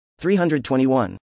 321